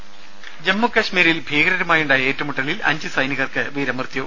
രുമ ജമ്മു കശ്മീരിൽ ഭീകരരുമായുണ്ടായ ഏറ്റുമുട്ടലിൽ അഞ്ച് സൈനികർക്ക് വീരമൃത്യു